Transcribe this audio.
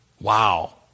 Wow